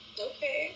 Okay